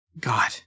God